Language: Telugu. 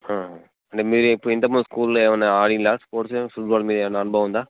అంటే మీదిఇప్పుడు ఇంతకుముందు స్కూల్లో ఏమన్న ఆడిర్రా స్పోర్ట్స్ ఫుట్బాల్ మీద ఏమన్నా అనుభవం ఉందా